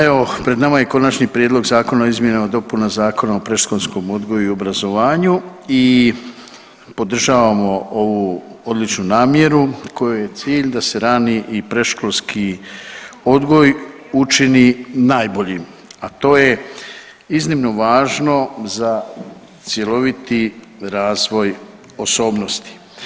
Evo, pred nama je Konačni prijedlog zakona o izmjenama i dopunama Zakona o predškolskom odgoju i obrazovanju i podržavamo ovu odličnu namjeru kojoj je cilj da se rani i predškolski odgoj učini najboljim, a to je iznimno važno za cjeloviti razvoj osobnosti.